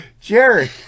Jerry